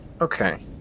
Okay